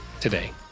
today